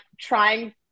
trying